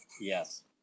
Yes